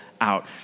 out